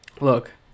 Look